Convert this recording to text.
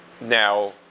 Now